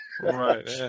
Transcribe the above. Right